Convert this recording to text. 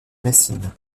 messine